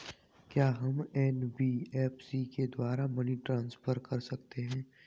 क्या हम एन.बी.एफ.सी के द्वारा मनी ट्रांसफर कर सकते हैं?